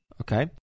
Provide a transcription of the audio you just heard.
Okay